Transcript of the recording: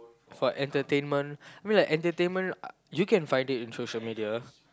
for entertainment I mean like entertainment uh you can find it in social media